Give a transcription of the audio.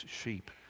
sheep